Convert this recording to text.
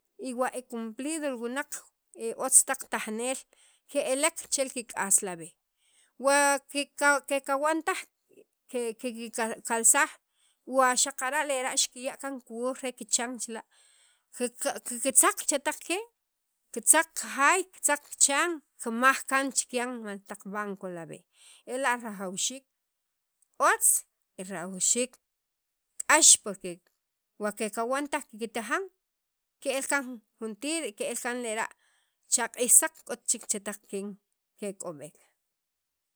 y wa e cumplido li wunaq e otz taq tajneel ke'elek chel kik'as la' b'e' wa kekawan taj kikalsaj wa xaqara' lera' xikya' kaan kiwuuj re kichan chila' kitzaq chetaq keen kitza jaay kitzaq kichan kimaj kaan chikyan mal taq banco la b'e' ela' rajawxiik otz y rajawxiik k'ax porque wa kekawan taj kiktajan ke'l kaan juntir ke'el kan lera' chaq'iij saq k'ot chek chetaq keen kek'ob'eek.